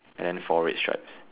and four red stripes